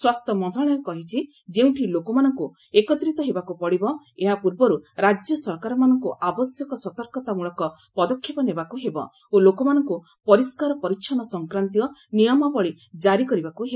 ସ୍ୱାସ୍ଥ୍ୟ ମନ୍ତ୍ରଣାଳୟ କହିଛି ଯେଉଁଠି ଲୋକମାନଙ୍କୁ ଏକତ୍ରିତ ହେବାକୁ ପଡ଼ିବ ଏହାପୂର୍ବରୁ ରାଜ୍ୟ ସରକାରମାନଙ୍କୁ ଆବଶ୍ୟକ ସତର୍କତାମୂଳକ ପଦକ୍ଷେପ ନେବାକୁ ହେବ ଓ ଲୋକମାନଙ୍କୁ ପରିଷ୍କାର ପରିଚ୍ଛନ୍ନ ସଂକ୍ରାନ୍ତୀୟ ନିୟମାବଳୀ ଜାରି କରିବାକୁ ହେବ